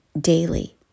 daily